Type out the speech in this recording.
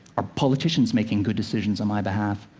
are politicians making good decisions on my behalf?